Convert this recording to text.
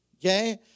Okay